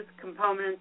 components